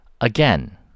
again